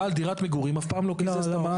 בעל דירת מגורים אף פעם לא קיזז את המע"מ.